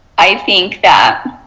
i think that